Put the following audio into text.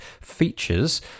features